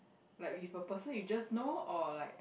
like with a person you just know or like